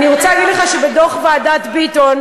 אני רוצה להגיד לך שבדוח ועדת ביטון,